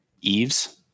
Eves